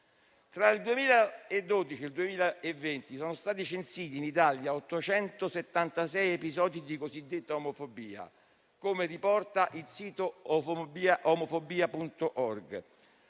tra il 2012 e il 2020 sono stati censiti in Italia 876 episodi di cosiddetta omofobia, come riporta il sito omofobia.org.